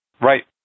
Right